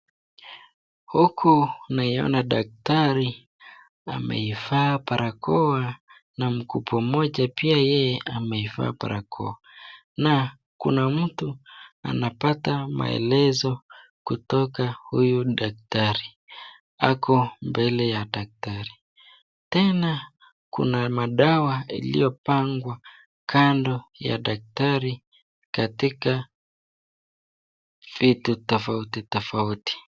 Huku naiona daktari amevaa barakowa na mkupo mmoja pia yeye amevaa barakowa. Na kuna mtu anapata maelezo kutoka huyu daktari. Ako mbele ya daktari. Tena kuna madawa iliyopangwa kando ya daktari katika vitu tofauti tofauti.